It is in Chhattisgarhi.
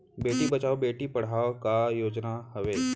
बेटी बचाओ बेटी पढ़ाओ का योजना हवे?